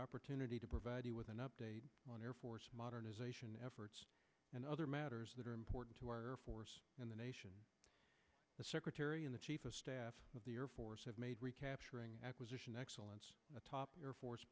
opportunity to provide you with an update on air force modernization efforts and other matters that are important to our air force and the nation the secretary and the chief of staff of the air force have made recapturing acquisition excellence a top your force